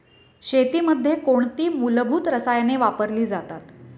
शेतीमध्ये कोणती मूलभूत रसायने वापरली जातात?